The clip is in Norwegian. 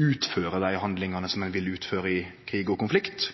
utføre dei handlingane som ein vil utføre i krig og konflikt.